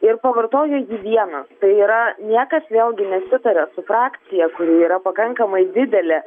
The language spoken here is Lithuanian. ir pavartojo jį vienas tai yra niekas vėlgi nesitarė su frakcija kuri yra pakankamai didelė